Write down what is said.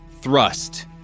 thrust